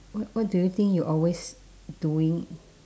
what what do you think you always doing